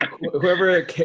whoever